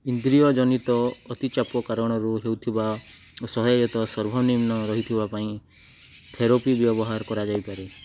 ଇନ୍ଦ୍ରିୟ ଜନିତ ଅତିଚାପ କାରଣରୁ ହେଉଥିବା ଅସହାୟତା ସର୍ବନିମ୍ନ ରହିଥିବା ପାଇଁ ଥେରାପି ବ୍ୟବହାର କରାଯାଇପାରେ